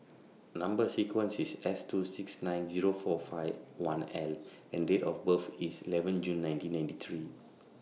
Number sequence IS S two six nine Zero four five one L and Date of birth IS eleven June nineteen ninety three